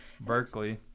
Berkeley